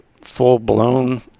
full-blown